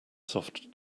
soft